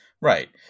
Right